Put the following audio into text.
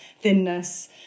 thinness